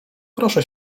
proszę